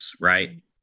Right